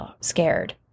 scared